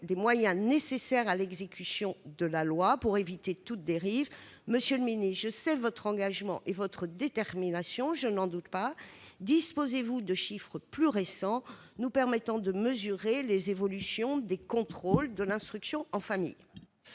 des moyens nécessaires à l'exécution de la loi, pour éviter toute dérive. Je connais votre engagement et votre détermination. Disposez-vous de chiffres plus récents nous permettant de mesurer les évolutions des contrôles de l'instruction en famille